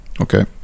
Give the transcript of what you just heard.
Okay